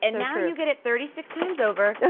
and now you get it thirty six times over,